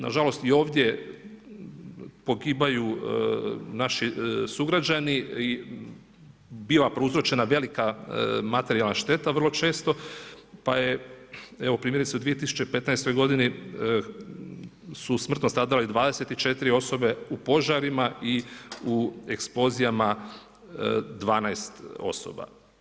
Nažalost, i ovdje pogibaju naši sugrađani i biva prouzročena velika materijalna šteta vrlo često, pa je, primjerice u 2015. godini su smrtno stradale 24 osobe u požarima i u eksplozijama 12 osoba.